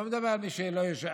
אני לא מדבר על מי שלא יושב,